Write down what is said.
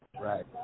Right